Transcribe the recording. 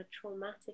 traumatic